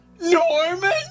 Norman